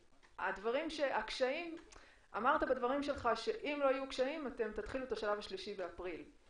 אמרת שאם לא יהיו קשיים תתחילו את השלב השלישי באפריל.